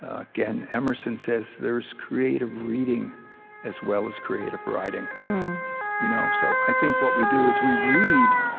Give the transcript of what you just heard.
again, emerson says there is creative reading as well as creative writing you know so i think what we do is, we read,